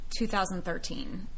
2013